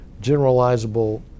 generalizable